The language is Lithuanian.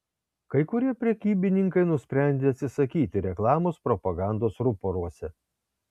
kai kurie prekybininkai nusprendė atsisakyti reklamos propagandos ruporuose